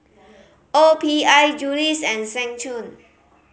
O P I Julie's and Seng Choon